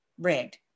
rigged